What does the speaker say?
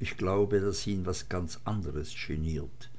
ich glaube daß ihn was ganz andres geniert